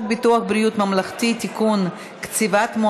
אני קובעת כי הצעת חוק הממשלה (תיקון,